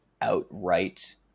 outright